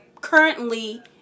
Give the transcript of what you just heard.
currently